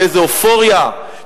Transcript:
ואיזה אופוריה,